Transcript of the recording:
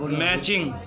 matching